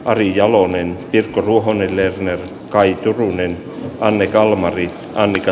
ari jalonen pirkko ruohonen lerner kari turunen anne kalmari ängetä